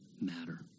matter